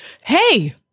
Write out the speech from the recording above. Hey